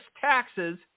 taxes